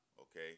Okay